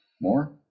More